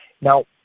Now